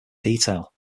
detail